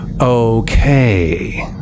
Okay